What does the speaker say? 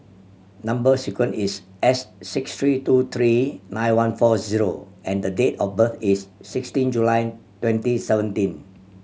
number sequence is S six three two three nine one four zero and the date of birth is sixteen July twenty seventeen